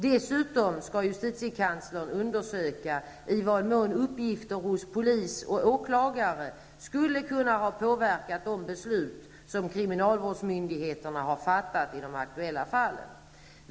Dessutom skall justitiekanslern undersöka i vad mån uppgifter hos polis och åklagare skulle kunna ha påverkat de beslut som kriminalvårdsmyndigheterna har fattat i de aktuella fallen.